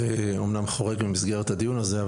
זה אמנם חורג ממסגרת הדיון הזה,